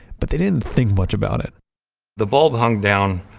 but they didn't think much about it the bulb hung down,